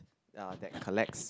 uh that collects